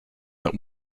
that